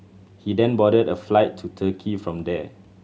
he then boarded a flight to Turkey from there